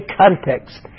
context